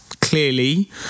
Clearly